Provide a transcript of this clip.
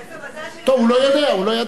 איזה מזל שיש מי שיש לו זיכרון.